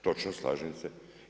Točno slažem se.